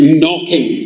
knocking